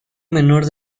menor